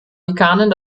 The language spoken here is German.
liikanen